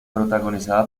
protagonizada